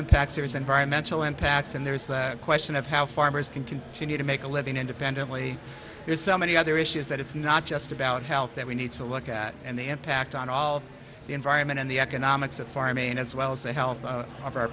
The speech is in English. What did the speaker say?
impacts there's environmental impacts and there's that question of how farmers can continue to make a living independently there's so many other issues that it's not just about health that we need to look at and the impact on all the environment and the economics of farming as well as the health of our